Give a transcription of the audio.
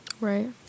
Right